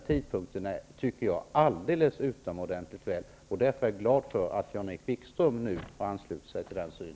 Jag tycker att tidpunkten är alldeles utomordentlig. Därför är jag glad över att Jan-Erik Wikström nu har samma syn.